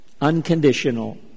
unconditional